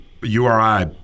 URI